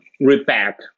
repack